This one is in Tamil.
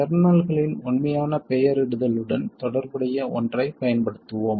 டெர்மினல்களின் உண்மையான பெயரிடலுடன் தொடர்புடைய ஒன்றைப் பயன்படுத்துவோம்